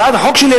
הצעת החוק שלי,